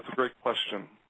great question.